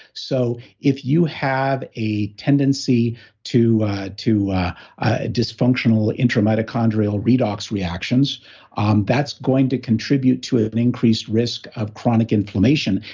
so, if you have a tendency to to a dysfunctional intramitochondrial redox reactions um that's going to contribute to ah an increased risk of chronic inflammation.